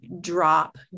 drop